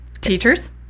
teachers